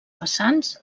vessants